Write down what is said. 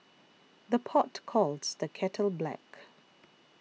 the pot calls the kettle black